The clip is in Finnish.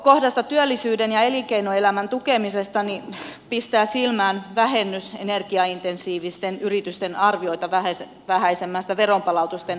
kohdasta työllisyyden ja elinkeinoelämän tukeminen pistää silmään energiaintensiivisten yritysten arvioita vähäisempi veronpalautusten hakumäärä